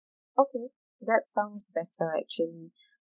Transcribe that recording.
okay that sounds better actually